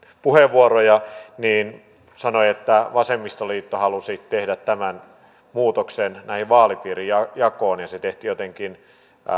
puheenvuoroja sanoi että vasemmistoliitto halusi tehdä tämän muutoksen vaalipiirijakoon ja se tehtiin jotenkin